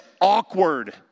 awkward